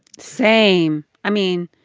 same. i mean,